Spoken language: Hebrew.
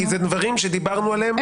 כי זה דברים שדיברנו עליהם